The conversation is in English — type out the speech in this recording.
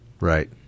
Right